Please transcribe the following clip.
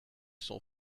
sont